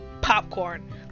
Popcorn